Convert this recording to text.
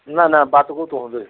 نہَ نہَ بَتہٕ گوٚو تُہُنٛدُے